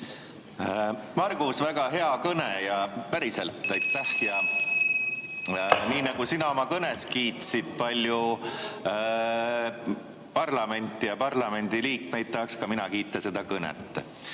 Margus, väga hea kõne! Päriselt! Aitäh! Nii nagu sina oma kõnes kiitsid palju parlamenti ja parlamendiliikmeid, tahaks mina kiita seda kõnet.